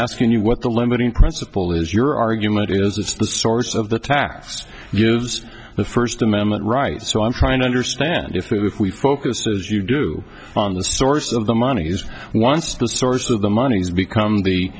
asking you what the limiting principle is your argument is this the source of the tax gives the first amendment right so i'm trying to understand if we focus as you do on the source of the monies once the source of the money has become